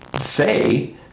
say